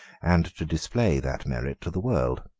and to display that merit to the world.